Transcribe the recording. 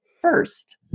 first